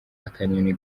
akanyoni